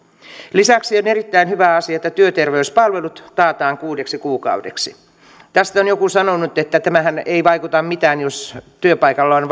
lisäksi on erittäin hyvä asia että työterveyspalvelut taataan kuudeksi kuukaudeksi tästä on joku sanonut että tämähän ei vaikuta mitään jos työpaikalla on